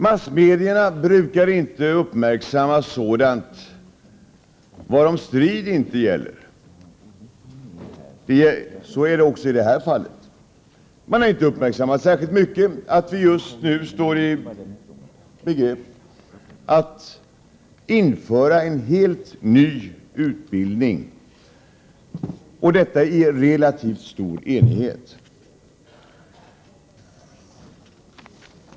Massmedierna brukar inte uppmärksamma sådant varom strid inte råder. Så är det också i det här fallet. Man har inte uppmärksammat särskilt mycket att vi just nu står i begrepp att införa en helt ny utbildning, och detta i relativt stor enighet.